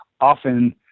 often